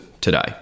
today